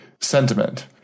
sentiment